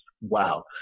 Wow